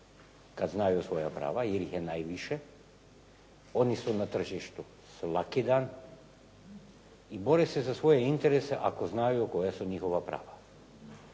kad znaju svoja prava, jer ih je najviše, oni su na tržištu svaki dan i bore se za svoje interese ako znaju koja su njihova prava.